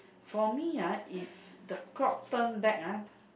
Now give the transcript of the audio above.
for me ah if the clock turn back ah